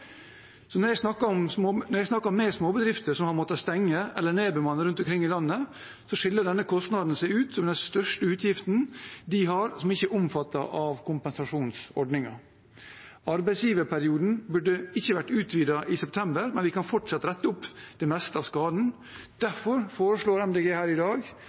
Når jeg snakker med småbedrifter som har måttet stenge eller nedbemanne rundt omkring i landet, skiller denne kostnaden seg ut som den største utgiften de har som ikke er omfattet av kompensasjonsordningen. Arbeidsgiverperioden burde ikke ha vært utvidet i september, men vi kan fortsatt rette opp det meste av skaden. Derfor foreslår Miljøpartiet De Grønne her i dag